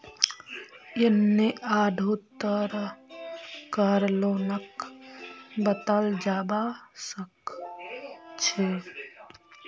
यन्ने आढ़ो तरह कार लोनक बताल जाबा सखछे